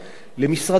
למשרד התמ"ת,